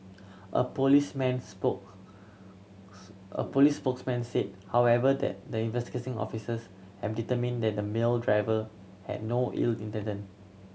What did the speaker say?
a policeman spokes a police spokesman said however that the investigating officers have determined that the male driver had no ill intended